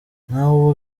nawe